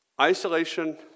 Isolation